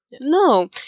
no